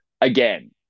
again